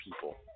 people